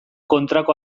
kontrako